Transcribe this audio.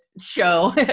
show